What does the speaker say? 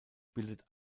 bildet